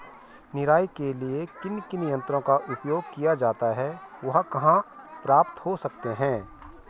निराई के लिए किन किन यंत्रों का उपयोग किया जाता है वह कहाँ प्राप्त हो सकते हैं?